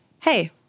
hey